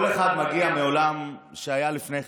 כל אחד מגיע מעולם שהיה לפני כן.